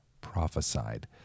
prophesied